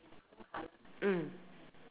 mm